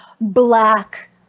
black